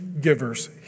givers